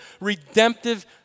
redemptive